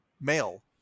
male